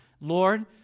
Lord